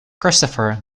christopher